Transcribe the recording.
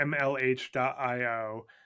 mlh.io